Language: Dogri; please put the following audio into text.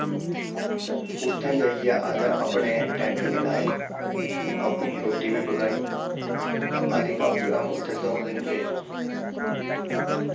ते उत्थें जाइयै असें अपने टैंट बी लाए अपनी रोटी बी पकाई ते अस बी कम से कम उत्थें द'ऊं दिन रेह्